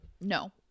No